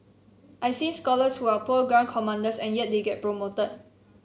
I've seen scholars who are poor ground commanders and yet they get promoted